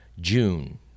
June